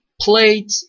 played